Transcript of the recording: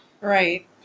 Right